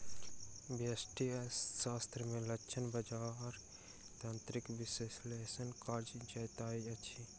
व्यष्टि अर्थशास्त्र में लक्ष्य बजार तंत्रक विश्लेषण कयल जाइत अछि